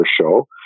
show